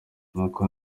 nuko